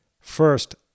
First